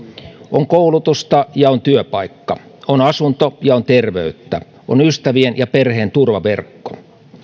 on koulutusta ja on työpaikka on asunto ja on terveyttä on ystävien ja perheen turvaverkko